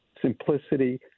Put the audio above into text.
simplicity